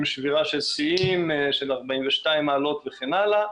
שבירה של שיאים של 42 מעלות וכן הלאה,